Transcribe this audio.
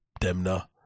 Demna